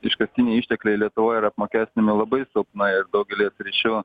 iškastiniai ištekliai lietuvoje yra apmokestinami labai silpnai ir daugelyje sričių